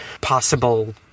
possible